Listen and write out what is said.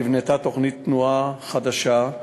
נבנתה תוכנית תנועה חדשה,